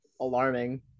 alarming